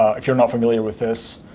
if you're not familiar with this,